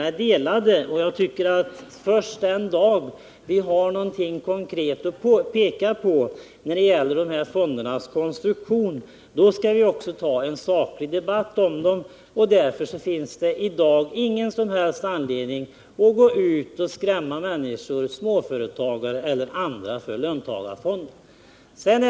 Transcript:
Men jag tycker att vi skall diskutera detta först den dag vi har någonting konkret att peka på i fråga om fondernas konstruktion. Då skall vi ta en saklig debatt om fonderna, men i dag finns det ingen som helst anledning att gå ut och skrämma människor, småföretagare eller andra, för löntagarfonderna.